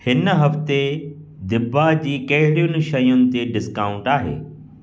हिन हफ़्ते दीभा जी कहिड़ियुनि शयुनि ते डिस्काउंट आहे